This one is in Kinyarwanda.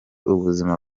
ubuzima